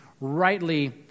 rightly